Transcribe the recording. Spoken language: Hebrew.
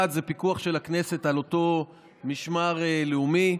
1. פיקוח של הכנסת על אותו משמר לאומי.